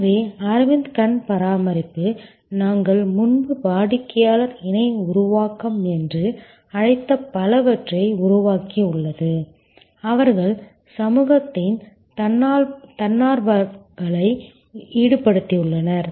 எனவே அரவிந்த் கண் பராமரிப்பு நாங்கள் முன்பு வாடிக்கையாளர் இணை உருவாக்கம் என்று அழைத்த பலவற்றை உருவாக்கியுள்ளது அவர்கள் சமூகத்தின் தன்னார்வலர்களை ஈடுபடுத்தியுள்ளனர்